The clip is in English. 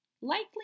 Likely